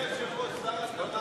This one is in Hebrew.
אז גם אתה